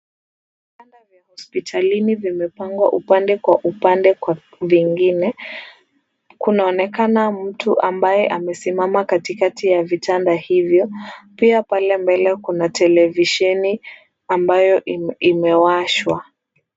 Vitanda vya hospitalini vimepangwa upande kwa upande kwa vingine. Kunaonekana mtu ambaye amesimama katikati ya vitanda hivyo pia pale mbele kuna televisheni ambayo imewashwa.